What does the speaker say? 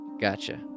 Gotcha